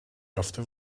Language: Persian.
یافته